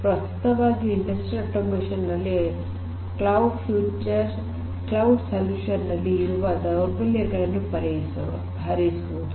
ಪ್ರಸ್ತುತವಾಗಿ industrial automation ನಲ್ಲಿ cloud solution ನಲ್ಲಿ ಇರುವ ದೌರ್ಬಲ್ಯಗಳನ್ನು ಪರಿಹರಿಸುವುದು